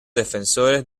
defensores